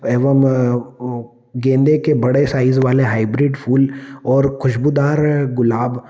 एवं गेंदे के बड़े साइज़ वाले हाइब्रिड फ़ूल और खुशबूदार गुलाब